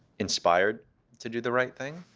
inspired to do the right thing.